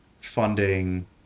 funding